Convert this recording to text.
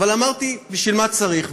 אבל אמרתי: בשביל מה צריך?